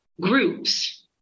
groups